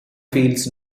feels